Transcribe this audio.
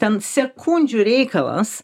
ten sekundžių reikalas